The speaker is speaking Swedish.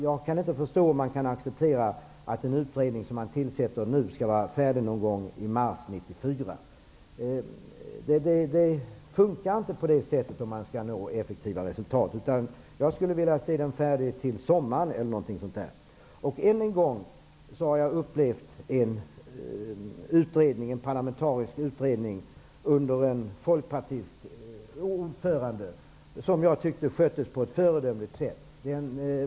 Jag kan inte förstå hur man kan acceptera att en utredning som man tillsätter nu skall vara färdig i mars 1994. Det kan inte fungera på det sättet om man skall nå effektiva resultat. Jag skulle vilja se att utredningen är färdig t.ex. till sommaren. Jag har en gång upplevt en parlamentarisk utredning under en folkpartistisk ordförande skötas på ett föredömligt sätt.